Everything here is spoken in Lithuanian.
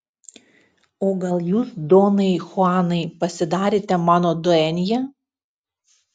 o gal jūs donai chuanai pasidarėte mano duenja